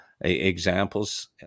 examples